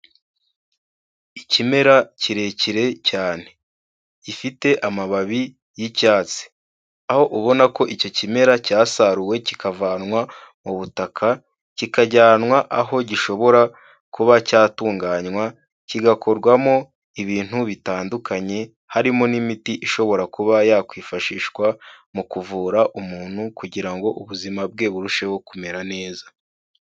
Ikimera kirekire cyane gifite amababi y'icyatsi, aho ubona ko icyo kimera cyasaruwe kikavanwa mu butaka kikajyanwa aho gishobora kuba cyatunganywa kigakorwamo ibintu bitandukanye, harimo n'imiti ishobora kuba yakwifashishwa mu kuvura umuntu kugira ngo ubuzima bwe burusheho kumera neza.